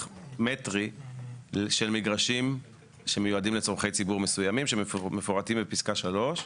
מטרי של מגרשים שמיועדים לצרכי ציבור מסוימים שמפורטים בפסקה 3,